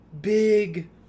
big